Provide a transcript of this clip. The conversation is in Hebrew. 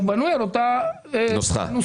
שהוא בנוי על אותה נוסחה.